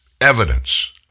evidence